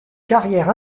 carrière